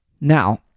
Now